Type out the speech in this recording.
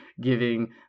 giving